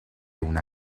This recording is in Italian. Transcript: una